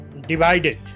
divided